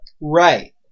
Right